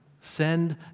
send